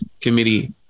Committee